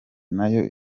nayo